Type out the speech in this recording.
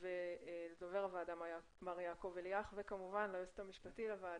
ולדובר הוועדה מר יעקב אליאך וכמובן ליועצת המשפטית לוועדה.